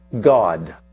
God